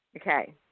Okay